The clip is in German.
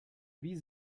wie